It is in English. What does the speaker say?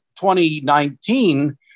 2019